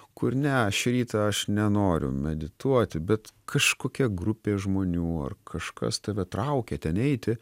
kur ne šį rytą aš nenoriu medituoti bet kažkokia grupė žmonių ar kažkas tave traukia ten eiti